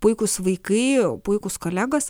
puikūs vaikai puikūs kolegos